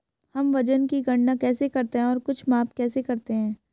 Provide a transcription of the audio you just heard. हम वजन की गणना कैसे करते हैं और कुछ माप कैसे करते हैं?